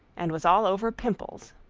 and was all over pimples.